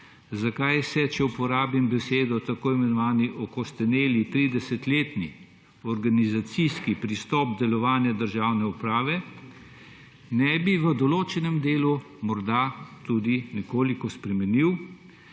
zakaj se, če uporabim besedo »okosteneli«, 30-letni organizacijski pristop delovanja državne uprave ne bi v določenem delu morda tudi nekoliko spremenil.